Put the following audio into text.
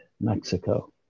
Mexico